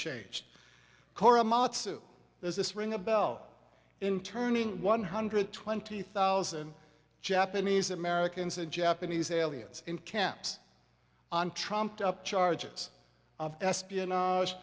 changed korematsu there's this ring a bell in turning one hundred twenty thousand japanese americans and japanese aliens in camps on trumped up charges of espionage